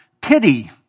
pity